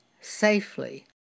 safely